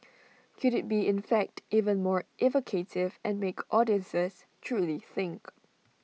could IT be in fact even more evocative and make audiences truly think